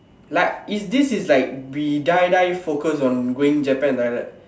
like if this is like we die die focus on going Japan like that